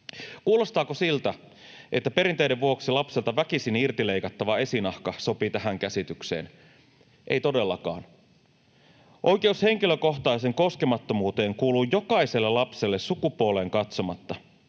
Kuulostaako siltä, että perinteiden vuoksi lapselta väkisin irti leikattava esinahka sopii tähän käsitykseen? Ei todellakaan. Oikeus henkilökohtaiseen koskemattomuuteen kuuluu jokaiselle lapselle sukupuoleen katsomatta.